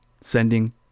sending